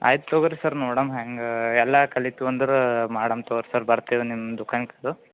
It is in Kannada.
ಆಯ್ತು ತಗೋರಿ ಸರ್ ನೋಡಣ ಹೆಂಗೆ ಎಲ್ಲ ಕಲಿತು ಅಂದರೆ ಮಾಡಣ್ ತಗೋರಿ ಸರ್ ಬರ್ತೀವಿ ನಿಮ್ಮ ದುಕಾನ್